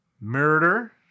murder